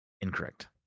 Incorrect